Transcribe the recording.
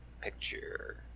picture